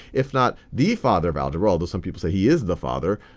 if not the father of algebra, although some people say he is the father,